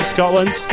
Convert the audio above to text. Scotland